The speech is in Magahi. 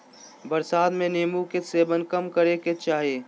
बरसात में नीम्बू के सेवन कम करे के चाही